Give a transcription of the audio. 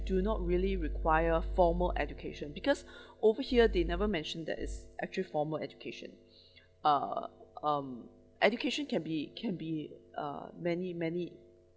do not really require formal education because over here they never mentioned that it's actually formal education ah um education can be can be uh many many